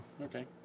okay